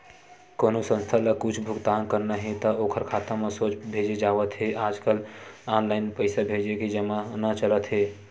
कोनो संस्था ल कुछ भुगतान करना हे त ओखर खाता म सोझ भेजे जावत हे आजकल ऑनलाईन पइसा भेजे के जमाना चलत हे